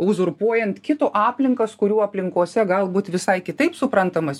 uzurpuojant kito aplinkas kurių aplinkose galbūt visai kitaip suprantamas